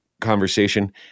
conversation